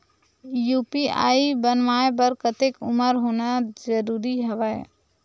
UPI बनवाय बर कतेक उमर होना जरूरी हवय?